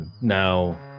Now